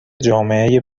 جامعه